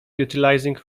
utilizing